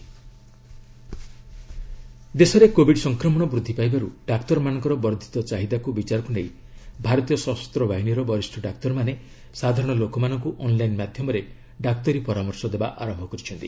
AFMS Sanjivani ଦେଶରେ Covid ସଂକ୍ରମଣ ବୃଦ୍ଧି ପାଇବାରୁ ଡାକ୍ତରମାନଙ୍କର ବର୍ଦ୍ଧିତ ଚାହିଦାକୁ ବିଚାରକୁ ନେଇ ଭାରତୀୟ ସଶସ୍ତ ବାହିନୀର ବରିଷ୍ଣ ଡାକ୍ତରମାନେ ସାଧାରଣ ଲୋକମାନଙ୍କୁ ଅନ୍ଲାଇନ୍ ମାଧ୍ୟମରେ ଡାକ୍ତରୀ ପରାମର୍ଶ ଦେବା ଆରମ୍ଭ କରିଛନ୍ତି